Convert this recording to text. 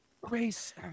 Grace